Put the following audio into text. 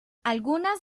algunas